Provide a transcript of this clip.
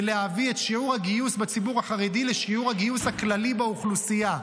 ולהביא את שיעור הגיוס בציבור החרדי לשיעור הגיוס הכללי באוכלוסייה.